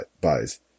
buys